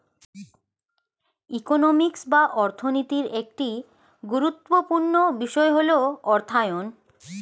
economics বা অর্থনীতির একটি গুরুত্বপূর্ণ বিষয় হল অর্থায়ন